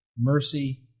mercy